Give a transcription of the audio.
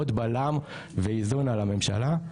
עוד בלם ואיזון על הממשלה.